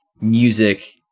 music